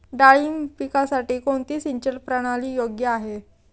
डाळिंब पिकासाठी कोणती सिंचन प्रणाली योग्य आहे?